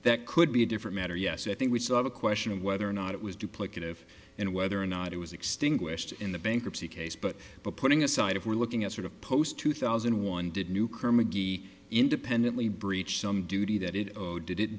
that could be a different matter yes i think we saw the question of whether or not it was duplicative and whether or not it was extinguished in the bankruptcy case but but putting aside if we're looking at sort of post two thousand one did ngukurr mcgee independently breach some duty that it did